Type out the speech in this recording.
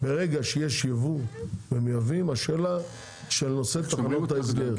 ברגע שיש ייבוא ומייבאים השאלה של נושא תחנות ההסגר,